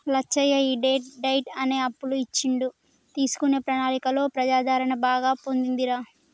లచ్చయ్య ఈ debt diet అనే అప్పులు ఇచ్చుడు తీసుకునే ప్రణాళికలో ప్రజాదరణ బాగా పొందిందిరా